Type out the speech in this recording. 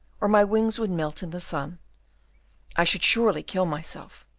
or my wings would melt in the sun i should surely kill myself,